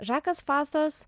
žakas fatas